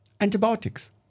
antibiotics